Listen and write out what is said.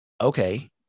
Okay